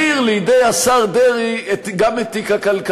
אולי ראש הממשלה שוקד ממש עכשיו להחזיר לידי השר דרעי גם את תיק הכלכלה,